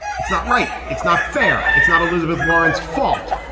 it's not right. it's not fair. it's not elizabeth warren's fault.